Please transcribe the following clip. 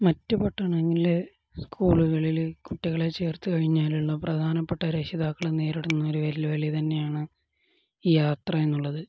മറ്റു പട്ടണങ്ങളിലെ സ്കൂളുകളില് കുട്ടികളെ ചേർത്തുകഴിഞ്ഞാലുള്ള പ്രധാനപ്പെട്ട രക്ഷിതാക്കള് നേരിടുന്ന ഒരു വെല്ലുവിളി തന്നെയാണ് ഈ യാത്ര എന്നുള്ളത്